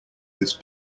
this